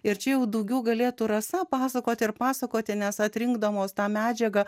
ir čia jau daugiau galėtų rasa pasakoti ir pasakoti nes atrinkdamos tą medžiagą